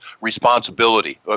responsibility